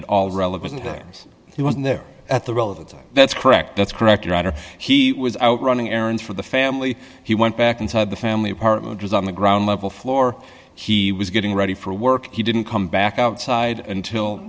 at all relevant that he was in there at the relevant time that's correct that's correct rather he was out running errands for the family he went back inside the family apartment was on the ground level floor he was getting ready for work he didn't come back outside until